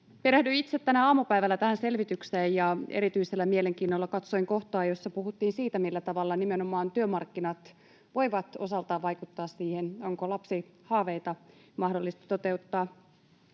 Perehdyin itse tänään aamupäivällä tähän selvitykseen, ja erityisellä mielenkiinnolla katsoin kohtaa, jossa puhuttiin siitä, millä tavalla nimenomaan työmarkkinat voivat osaltaan vaikuttaa siihen, onko lapsihaaveita mahdollista toteuttaa.